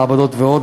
מעבדות ועוד.